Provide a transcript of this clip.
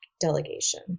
delegation